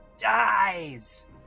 dies